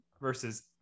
versus